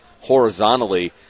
horizontally